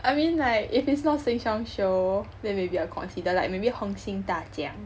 I mean like if it's not Sheng-Siong show then maybe I'll consider like maybe 红星大奖